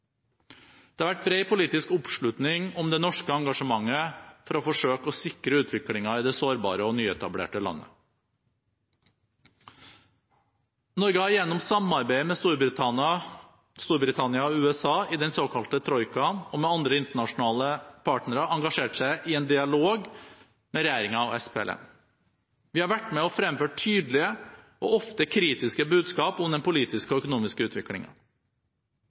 Det har vært bred politisk oppslutning om det norske engasjementet for å forsøke å sikre utviklingen i det sårbare og nyetablerte landet. Norge har gjennom samarbeidet med Storbritannia og USA i den såkalte troikaen og med andre internasjonale partnere engasjert seg i en dialog med regjeringen og SPLM. Vi har vært med og fremføre tydelige og ofte kritiske budskap om den politiske og økonomiske